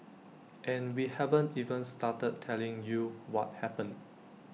and we haven't even started telling you what happened